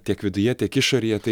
tiek viduje tiek išorėje tai